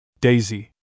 Daisy